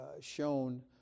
shown